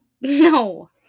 No